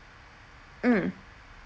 mm